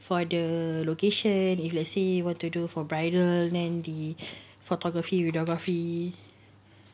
for the location if let's say you want to do for bridal then do photography videography